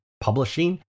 publishing